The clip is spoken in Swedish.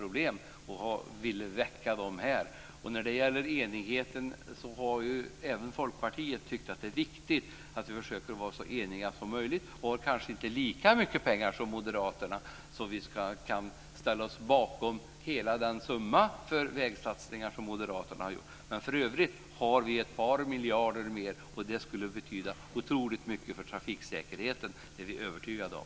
Jag ville väcka dem här. När det gäller enigheten har ju även Folkpartiet tyckt att det är viktigt att vi försöker vara så eniga som möjligt. Vi har kanske inte lika mycket pengar som Moderaterna så att vi kan ställa oss bakom hela den summa som Moderaterna vill lägga på vägsatsningar. Vi har ändå ett par miljarder mer, och det skulle betyda otroligt mycket för trafiksäkerheten. Det är vi övertygade om.